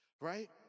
right